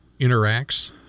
interacts